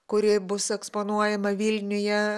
kuri bus eksponuojama vilniuje